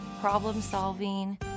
problem-solving